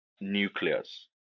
nucleus